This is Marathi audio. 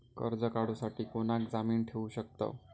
कर्ज काढूसाठी कोणाक जामीन ठेवू शकतव?